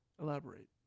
Elaborate